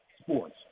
sports